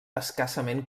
escassament